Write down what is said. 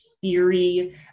theory